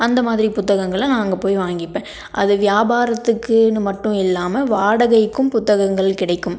அந்த மாதிரி புத்தகங்களை நான் அங்கே போய் வாங்கிப்பேன் அது வியாபாரத்துக்குன்னு மட்டும் இல்லாமல் வாடகைக்கும் புத்தகங்கள் கிடைக்கும்